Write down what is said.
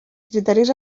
criteris